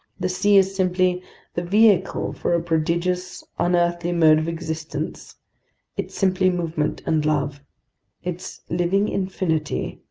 the sea is simply the vehicle for a prodigious, unearthly mode of existence it's simply movement and love it's living infinity,